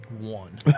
One